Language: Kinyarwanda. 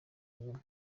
inyuma